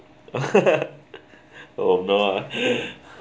oh not uh